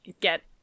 get